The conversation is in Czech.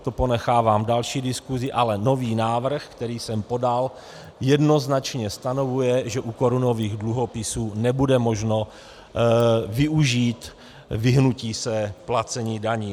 To ponechávám další diskusi, ale nový návrh, který jsem podal, jednoznačně stanovuje, že u korunových dluhopisů nebude možno využít vyhnutí se placení daní.